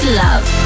love